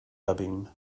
dubbing